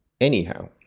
anyhow